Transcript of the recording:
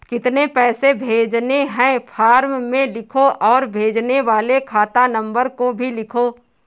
कितने पैसे भेजने हैं फॉर्म में लिखो और भेजने वाले खाता नंबर को भी लिखो